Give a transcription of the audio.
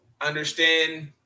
Understand